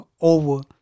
over